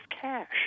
cash